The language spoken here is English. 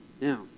Now